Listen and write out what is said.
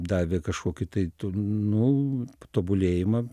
davė kažkokį tai nu tobulėjimą